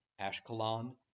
ashkelon